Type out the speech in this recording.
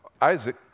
Isaac